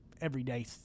everyday